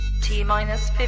T-minus